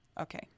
Okay